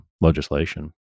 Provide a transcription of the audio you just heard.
legislation